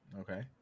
Okay